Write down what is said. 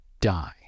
die